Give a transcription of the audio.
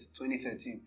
2013